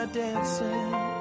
dancing